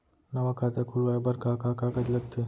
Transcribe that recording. नवा खाता खुलवाए बर का का कागज लगथे?